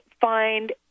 find